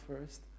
first